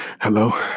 Hello